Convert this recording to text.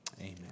Amen